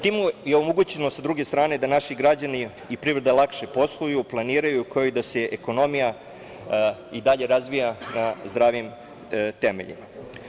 Time je omogućeno sa druge strane da naši građani i privreda lakše posluju, planiraju, kao i da se ekonomija i dalje razvija na zdravim temeljima.